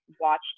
watched